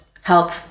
help